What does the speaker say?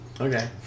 Okay